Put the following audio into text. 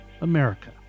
America